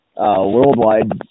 worldwide